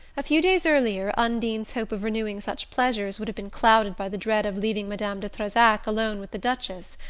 a few days earlier, undine's hope of renewing such pleasures would have been clouded by the dread of leaving madame de trezac alone with the duchess.